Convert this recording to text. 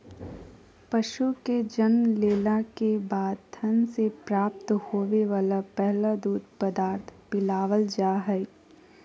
पशु के जन्म लेला के बाद थन से प्राप्त होवे वला पहला दूध पदार्थ पिलावल जा हई